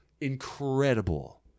incredible